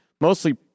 mostly